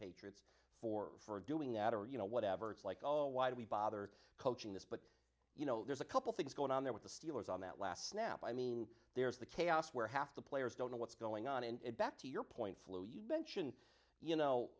patriots for for doing that or you know whatever it's like all why do we bother coaching this but you know there's a couple things going on there with the steelers on that last snap i mean there's the chaos where half the players don't know what's going on and back to your point flew you mention you know